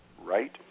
right